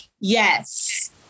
Yes